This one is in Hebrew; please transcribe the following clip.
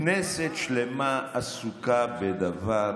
כנסת שלמה עסוקה בדבר אחד,